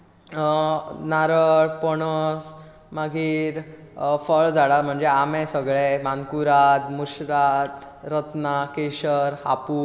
नारळ पणस मागीर फळ झाडां म्हणजे आंबे सगळे मानकुराद मुसराद रत्ना केशर हापूस